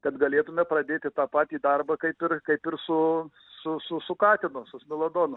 kad galėtume pradėti tą patį darbą kaip ir kaip ir su su katinu su smeladonu